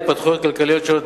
התפתחויות כלכליות שונות,